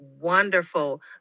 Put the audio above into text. wonderful